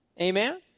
amen